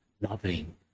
loving